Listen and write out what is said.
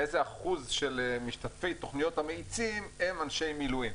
איזה אחוז של משתתפי תכניות המאיצים הם אנשי מילואים?